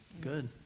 good